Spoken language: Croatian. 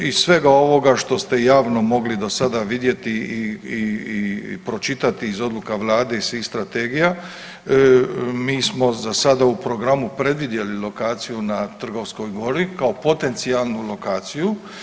Iz svega ovoga što ste javno mogli do sada vidjeti i pročitati iz odluka vlade i svih strategija, mi smo za sada u programu predvidjeli lokaciju na Trgovskoj gori kao potencijalnu lokaciju.